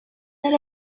let